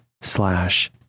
slash